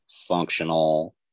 functional